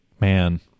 Man